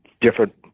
different